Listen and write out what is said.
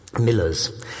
millers